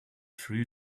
through